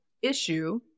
issue